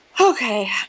Okay